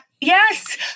Yes